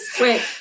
wait